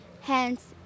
Hence